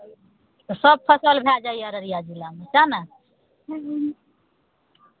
तऽ सभ फसल भए जाइए अररिया जिलामे सएह ने